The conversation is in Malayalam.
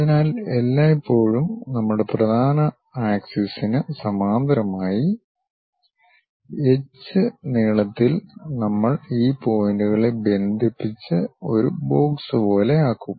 അതിനാൽ എല്ലായ്പ്പോഴും നമ്മുടെ പ്രധാന അക്ഷത്തിന് സമാന്തരമായി എച്ച് നീളത്തിൽ നമ്മൾ ഈ പോയിന്റുകളെ ബന്ധിപ്പിച്ച് ഒരു ബോക്സ് പോലെ ആക്കും